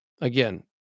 Again